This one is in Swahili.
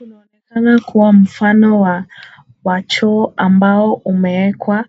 Unaonekana kuwa mfano wa choo ambao umeekwa